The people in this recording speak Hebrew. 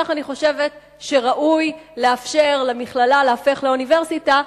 כך אני חושבת שראוי לאפשר למכללה להפוך לאוניברסיטה,